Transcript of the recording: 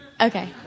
Okay